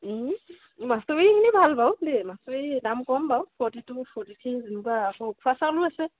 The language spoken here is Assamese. মাচুৰিখিনি ভাল বাৰু দেই মাচুৰি দাম কম বাৰু ফৰ্টিটু ফৰ্টিথ্ৰি তেনেকুৱা আকৌ উখোৱা চাউলো আছে